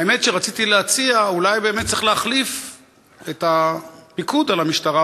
האמת שרציתי להציע: אולי באמת צריך להחליף את הפיקוד על המשטרה,